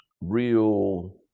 real